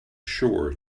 sure